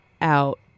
out